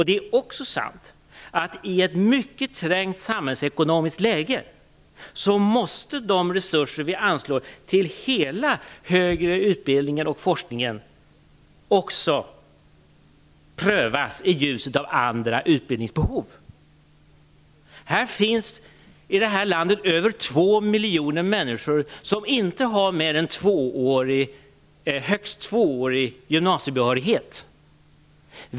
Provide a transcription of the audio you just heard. Det är också sant att de resurser som vi anslår till all högre utbildning och forskning i ett mycket trängt samhällsekonomiskt läge måste prövas i ljuset av andra utbildningsbehov. I det här landet finns över två miljoner människor som inte har mer än en högst tvåårig gymnasieutbildning.